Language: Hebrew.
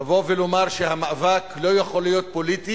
לבוא ולומר שהמאבק לא יכול להיות פוליטי